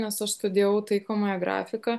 nes aš studijavau taikomąją grafiką